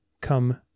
come